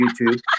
YouTube